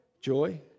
Joy